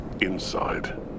Inside